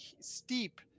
steep